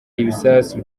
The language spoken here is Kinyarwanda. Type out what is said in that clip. ibisasu